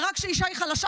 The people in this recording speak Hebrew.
ורק שאישה היא חלשה,